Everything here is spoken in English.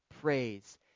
praise